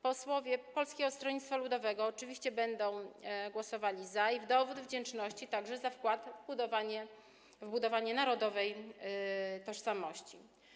Posłowie Polskiego Stronnictwa Ludowego oczywiście będą głosowali za, w dowód wdzięczności także za wkład w budowanie narodowej tożsamości.